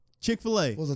Chick-fil-A